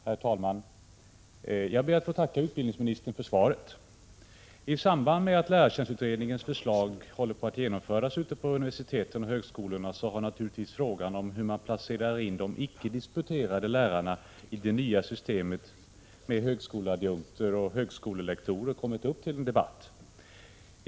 Herr talman! Jag ber att få tacka utbildningsministern för svaret. I samband med att lärartjänstutredningens förslag håller på att genomföras ute på universiteten och högskolorna har naturligtvis frågan om hur man placerar in de icke disputerade lärarna i det nya systemet med högskoleadjunkter och högskolelektorer kommit upp till debatt.